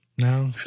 No